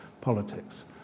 politics